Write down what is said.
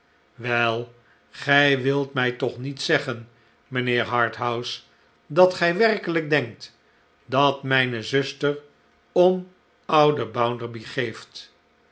wei gij wilt mij toch niet zeggen mijnheer harthouse dat g werkelijk denkt dat mijne zuster om ouden bounderby geeft